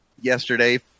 Yesterday